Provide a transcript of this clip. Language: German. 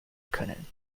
können